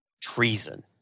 treason